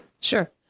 Sure